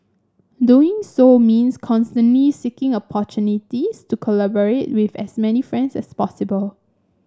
doing so means constantly seeking opportunities to collaborate with as many friends as possible